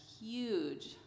huge